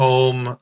Home